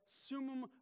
sumum